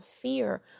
fear